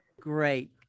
great